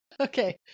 Okay